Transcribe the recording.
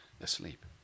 asleep